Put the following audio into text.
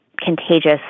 contagious